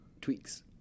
tweaks